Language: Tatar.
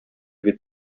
бит